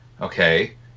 Okay